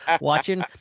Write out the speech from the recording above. watching